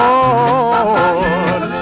Lord